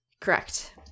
Correct